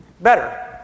better